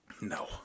No